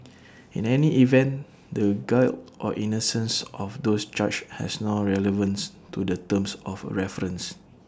in any event the guilt or innocence of those charged has no relevance to the terms of reference